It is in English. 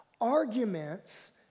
Arguments